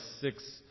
six